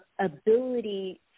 ability